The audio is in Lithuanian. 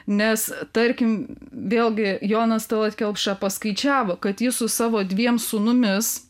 nes tarkim vėlgi jonas tallat kelpša paskaičiavo kad jis su savo dviem sūnumis